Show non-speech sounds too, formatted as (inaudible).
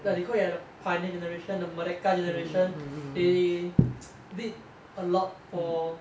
like you looking at the pioneer generation and merdeka generation they (noise) did a lot for